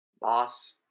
boss